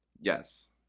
Yes